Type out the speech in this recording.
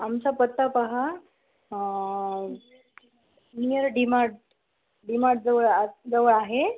आमचा पत्ता पहा नियर डीमार्ट डीमार्टजवळ आ जवळ आहे